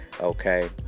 Okay